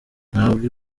ntabwo